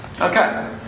Okay